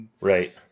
Right